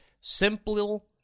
Simple